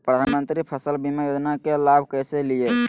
प्रधानमंत्री फसल बीमा योजना के लाभ कैसे लिये?